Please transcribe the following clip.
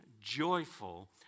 joyful